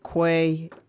Quay